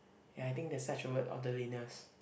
ya I think there's such a word orderliness